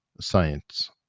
science